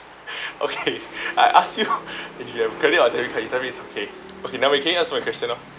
okay I ask you if you have credit or debit card you tell me it's okay okay never mind can you answer my question now